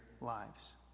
lives